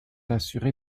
assuré